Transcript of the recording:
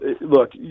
look